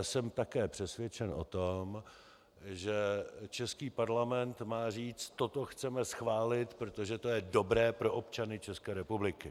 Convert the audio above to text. Jsem ale také přesvědčen o tom, že český parlament má říct: toto chceme schválit, protože to je dobré pro občany České republiky.